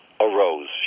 arose